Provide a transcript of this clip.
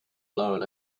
blown